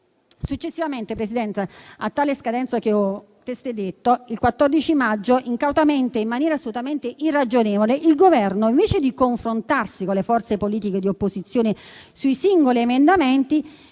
Successivamente alla scadenza che ho testé detto, il 14 maggio, incautamente e in maniera assolutamente irragionevole, il Governo, invece di confrontarsi con le forze politiche di opposizione sui singoli emendamenti,